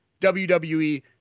WWE